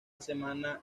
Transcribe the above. semana